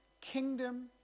kingdom